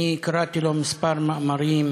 קראתי כמה מאמרים,